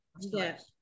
Yes